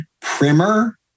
primer